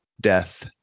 death